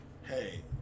hey